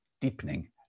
deepening